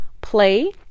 play